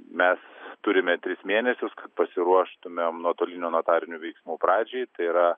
mes turime tris mėnesius kad pasiruoštumėm nuotolinio notarinių veiksmų pradžiai tai yra